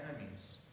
enemies